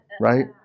right